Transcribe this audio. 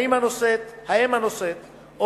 האם הנושאת,